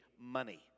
money